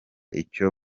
icyo